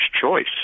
choice